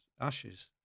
ashes